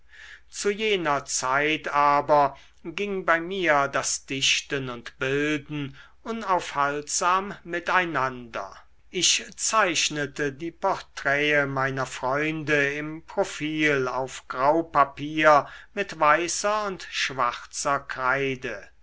zu jener zeit aber ging bei mir das dichten und bilden unaufhaltsam miteinander ich zeichnete die porträte meiner freunde im profil auf grau papier mit weißer und schwarzer kreide